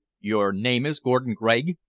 your name is gordon gregg,